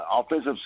offensive